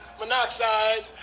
monoxide